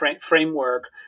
framework